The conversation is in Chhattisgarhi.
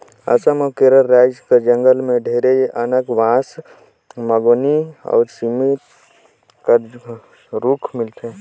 असम अउ केरल राएज कर जंगल में ढेरे अकन बांस, महोगनी अउ सीसम कर रूख मिलथे